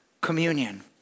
communion